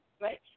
right